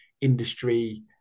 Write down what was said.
industry